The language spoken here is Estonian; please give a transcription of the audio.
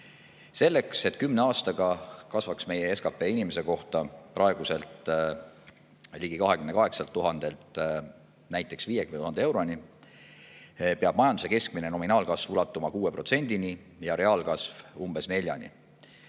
Selleks, et kümne aastaga kasvaks meie SKT inimese kohta praeguselt ligi 28 000 eurolt näiteks 50 000 euroni, peab majanduse keskmine nominaalkasv ulatuma 6%-ni ja reaalkasv umbes 4%-ni.